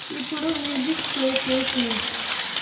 ఇప్పుడు music play చెయ్యి please